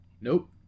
Nope